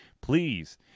please